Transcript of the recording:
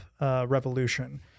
revolution